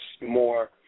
more